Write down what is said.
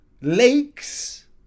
lakes